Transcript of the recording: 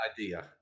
idea